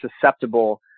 susceptible